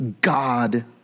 God